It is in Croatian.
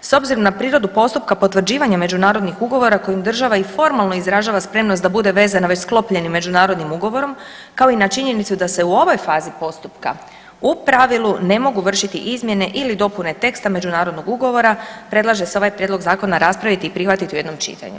s obzirom na prirodu postupka potvrđivanje međunarodnih ugovora kojim država i formalno izražava spremnost da bude vezana već sklopljenim međunarodnim ugovorom, kao i na činjenicu da se u ovoj fazi postupka u pravilu ne mogu vršiti izmjene ili dopune teksta međunarodnog ugovora, predlaže se ovaj Prijedlog zakona raspraviti i prihvatiti u jednom čitanju.